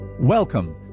Welcome